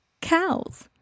cows